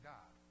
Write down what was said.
God